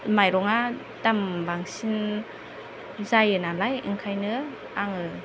मायरंआ दाम बांसिन जायोनालाय ओंखायनो आङो